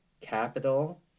capital